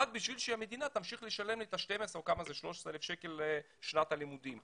רק כדי שהמדינה תמשיך לשלם לי את הה-12 או 13,000 שקל שנת לימודים.